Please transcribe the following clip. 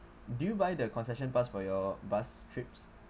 do you buy the concession pass for your bus trips